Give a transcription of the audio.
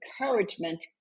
encouragement